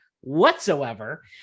whatsoever